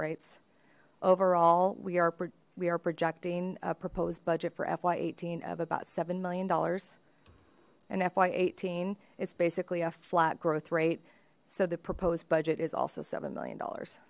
rates overall we are projecting a proposed budget for fy eighteen of about seven million dollars and fy eighteen it's basically a flat growth rate so the proposed budget is also seven million dollars